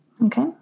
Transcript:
Okay